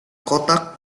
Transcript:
kotak